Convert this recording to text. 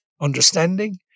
understanding